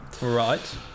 Right